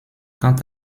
quant